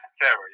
Sarah